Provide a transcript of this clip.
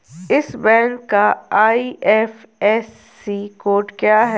इस बैंक का IFSC code क्या है?